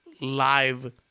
live